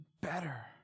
better